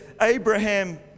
Abraham